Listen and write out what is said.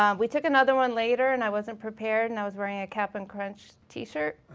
um we took another one later and i wasn't prepared and i was wearing a cap'n crunch t-shirt.